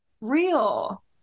real